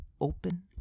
open